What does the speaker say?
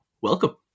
Welcome